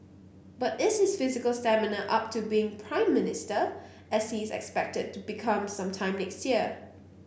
but is his physical stamina up to being Prime Minister as he is expected to become some time next year